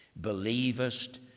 Believest